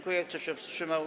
Kto się wstrzymał?